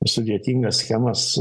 sudėtingas schemas